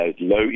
low